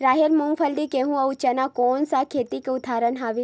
राहेर, मूंगफली, गेहूं, अउ चना कोन सा खेती के उदाहरण आवे?